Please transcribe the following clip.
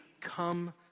come